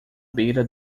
beira